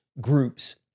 groups